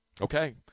okay